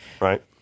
Right